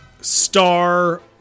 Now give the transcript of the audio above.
star